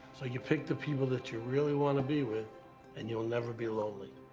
so you pick the people that you really wanna be with and you'll never be lonely.